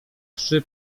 trzy